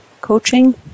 coaching